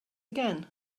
again